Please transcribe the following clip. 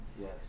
Yes